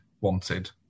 wanted